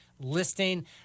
listing